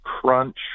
crunch